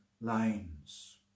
lines